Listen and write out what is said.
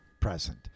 present